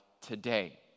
today